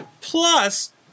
plus